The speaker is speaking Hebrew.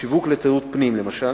שיווק לתיירות פנים למשל,